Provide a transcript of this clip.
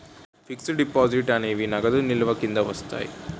fixed డిపాజిట్లు అనేవి నగదు నిల్వల కింద వస్తాయి